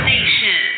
Nation